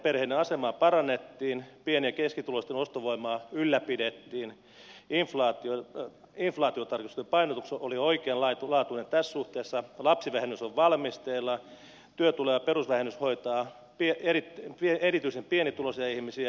lapsiperheiden asemaa parannettiin pieni ja keskituloisten ostovoimaa ylläpidettiin inflaatiotarkistusten painotus oli oikeanlaatuinen tässä suhteessa lapsivähennys on valmisteilla työtulo ja perusvähennys hoitaa erityisen pienituloisia ihmisiä